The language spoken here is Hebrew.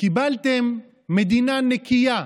קיבלתם מדינה נקייה,